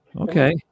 Okay